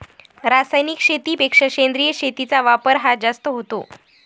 रासायनिक शेतीपेक्षा सेंद्रिय शेतीचा वापर हा जास्त होतो